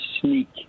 sneak